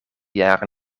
jaren